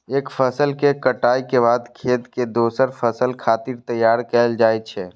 एक फसल के कटाइ के बाद खेत कें दोसर फसल खातिर तैयार कैल जाइ छै